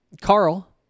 Carl